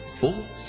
four